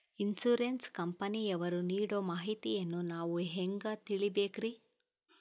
Insurance ಕಂಪನಿಯವರು ನೀಡೋ ಮಾಹಿತಿಯನ್ನು ನಾವು ಹೆಂಗಾ ತಿಳಿಬೇಕ್ರಿ?